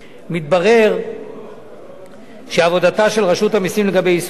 מתברר שעבודתה של רשות המסים לגבי יישום הכללים